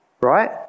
right